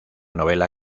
novela